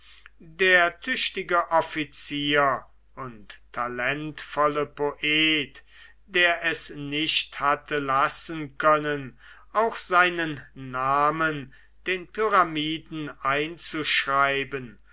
der tüchtige offizier und talentvolle poet der es nicht hatte lassen können auch seinen namen den pyramiden einzuschreiben